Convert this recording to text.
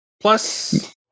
plus